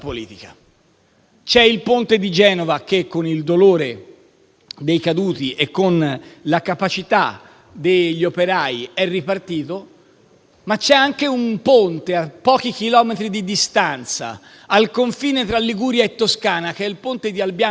C'è il ponte di Genova che, con il dolore dei caduti e con la capacità degli operai, è ripartito, ma c'è anche un ponte, a pochi chilometri di distanza, al confine tra Liguria e Toscana, il ponte di Albiano Magra,